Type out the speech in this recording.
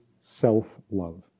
self-love